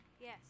Yes